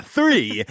Three